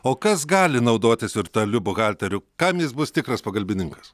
o kas gali naudotis virtualiu buhalteriu kam jis bus tikras pagalbininkas